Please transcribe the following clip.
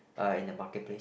uh in the market place